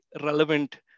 relevant